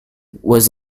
was